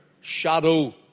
shadow